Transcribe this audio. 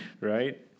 Right